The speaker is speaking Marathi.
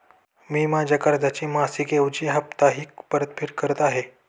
मी माझ्या कर्जाची मासिक ऐवजी साप्ताहिक परतफेड करत आहे